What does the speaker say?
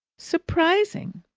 surprising!